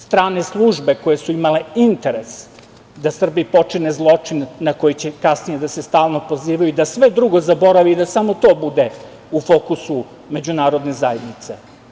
Strane službe koje su imale interes da Srbi počine zločin na koji će kasnije stalno da se pozivaju, da sve drugo zaborave i da samo to bude u fokusu Međunarodne zajednice.